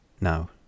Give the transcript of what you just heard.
Now